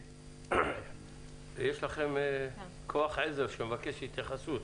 יש לכם כוח עזר שמבקש התייחסות.